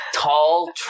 Tall